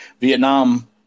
Vietnam